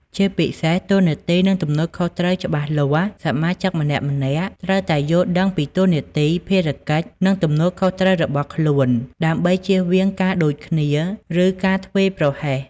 ជាពិសេស តួនាទី និងទំនួលខុសត្រូវច្បាស់លាស់ សមាជិកម្នាក់ៗត្រូវតែយល់ដឹងពីតួនាទី ភារកិច្ច និងទំនួលខុសត្រូវរបស់ខ្លួន ដើម្បីជៀសវាងការដូចគ្នា ឬការធ្វេសប្រហែស។